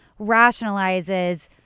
rationalizes